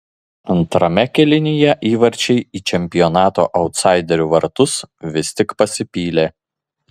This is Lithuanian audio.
antrame kėlinyje įvarčiai į čempionato autsaiderių vartus vis tik pasipylė